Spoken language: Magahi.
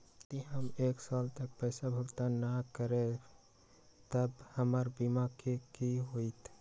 यदि हम एक साल तक पैसा भुगतान न कवै त हमर बीमा के की होतै?